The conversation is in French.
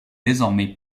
désormais